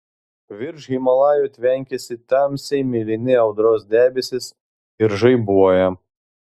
virš himalajų tvenkiasi tamsiai mėlyni audros debesys ir žaibuoja